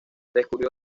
descubrió